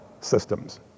systems